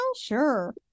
Sure